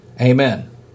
Amen